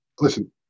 listen